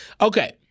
Okay